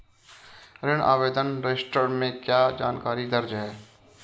ऋण आवेदन रजिस्टर में क्या जानकारी दर्ज है?